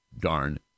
darn